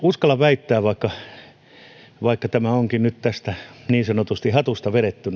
uskallan väittää vaikka vaikka tämä onkin nyt tästä niin sanotusti hatusta vedetty